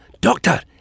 Doctor